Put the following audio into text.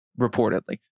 reportedly